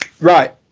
right